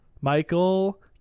Michael